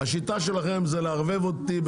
השיטה שלכם זה לערבב אותי.